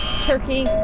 Turkey